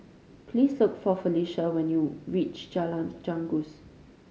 please look for Felisha when you reach Jalan Janggus